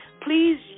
please